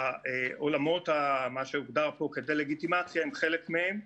שהעולמות, מה שהוגדר פה דה-לגיטימציה, הם חלק מהם.